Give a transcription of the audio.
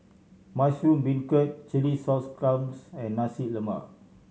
mushroom beancurd chilli sauce clams and Nasi Lemak